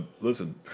listen